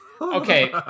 okay